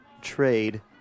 trade